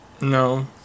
No